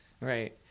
Right